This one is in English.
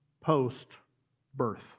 post-birth